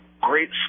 great